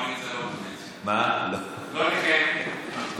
לא נקיים על זה הצבעה בין קואליציה לאופוזיציה.